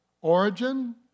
Origin